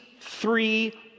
three